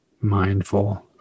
mindful